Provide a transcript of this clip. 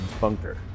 bunker